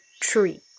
tree